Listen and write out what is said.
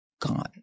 gone